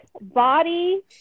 body